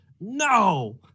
No